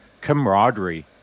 Camaraderie